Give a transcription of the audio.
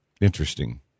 Interesting